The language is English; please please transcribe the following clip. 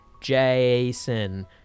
Jason